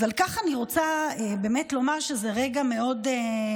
אז על כך אני באמת רוצה לומר שזה רגע מלא סיפוק,